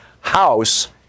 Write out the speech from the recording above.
House